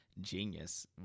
Genius